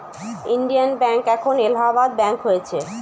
Indian bank এখন Allahabad bank হয়েছে